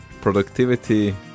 productivity